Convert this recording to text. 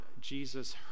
Jesus